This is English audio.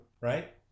right